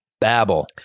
Babble